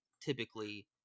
typically